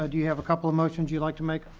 ah do you have a couple of motions you'd like to make?